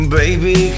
baby